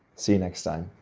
see you next time.